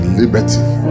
liberty